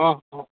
অঁ অঁ